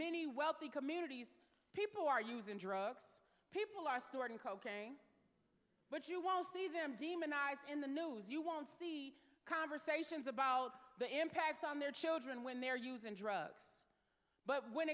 many wealthy communities people are using drugs people are stored in coking but you won't see them demonized in the news you won't see conversations about the impacts on their children when they're using drugs but when